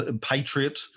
patriot